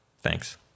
Thanks